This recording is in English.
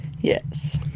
Yes